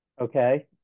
Okay